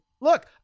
look